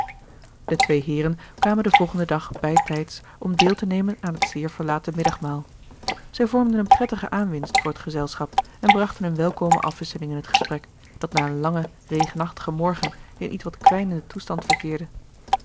de twee heeren kwamen den volgenden dag bij tijds om deel te nemen aan het zeer verlate middagmaal zij vormden een prettige aanwinst voor het gezelschap en brachten een welkome afwisseling in het gesprek dat na een langen regenachtigen morgen in ietwat kwijnenden toestand verkeerde